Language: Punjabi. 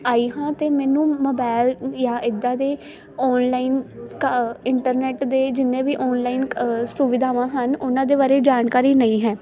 ਆਈ ਹਾਂ ਅਤੇ ਮੈਨੂੰ ਮੋਬਾਇਲ ਜਾਂ ਇੱਦਾਂ ਦੇ ਆਨਲਾਈਨ ਕਾ ਇੰਟਰਨੈਟ ਦੇ ਜਿੰਨੇ ਵੀ ਆਨਲਾਈਨ ਸੁਵਿਧਾਵਾਂ ਹਨ ਉਹਨਾਂ ਦੇ ਬਾਰੇ ਜਾਣਕਾਰੀ ਨਹੀਂ ਹੈ